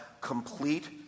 complete